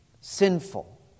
sinful